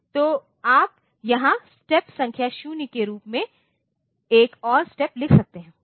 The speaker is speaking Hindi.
तो आप यहां स्टेप संख्या 0 के रूप में एक और स्टेप लिख सकते हैं